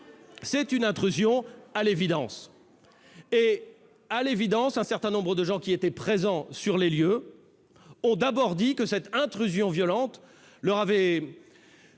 une intrusion et, à l'évidence, un certain nombre de gens qui étaient présents sur les lieux ont d'abord dit que cette intrusion violente leur avait